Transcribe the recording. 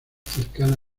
cercana